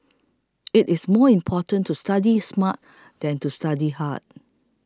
it is more important to study smart than to study hard